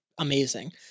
amazing